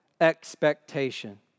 expectation